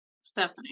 Stephanie